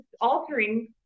altering